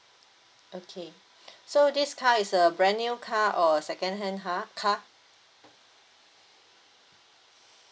okay so this car is a brand new car or a second hand ha~ car